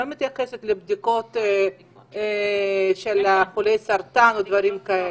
היא לא מתייחסת לבדיקות של חולי סרטן או דברים כאלה.